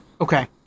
Okay